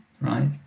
right